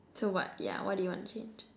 so what yeah what do you want to change